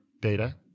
data